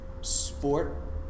sport